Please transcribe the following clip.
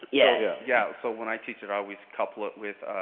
yeah, yeah. yeah, so when i teach it i always couple it with